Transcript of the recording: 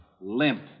Limp